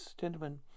gentlemen